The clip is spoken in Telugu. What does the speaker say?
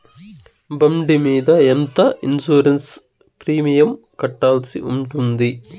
బండి మీద ఎంత ఇన్సూరెన్సు ప్రీమియం కట్టాల్సి ఉంటుంది?